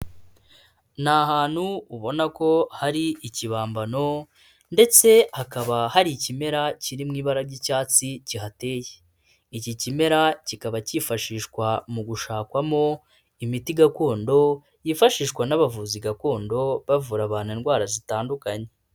Ni ahantu ubona ko hari ikibambano ndetse hakaba hari ikimera kiririmo ibara ry'icyatsi kihateye. Iki kimera kikaba cyifashishwa mu gushakwamo imiti gakondo, yifashishwa n'abavuzi gakondo bavura abantu indwara zitandukanye.